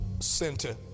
Center